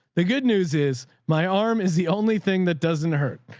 the good news is my arm is the only thing that doesn't hurt.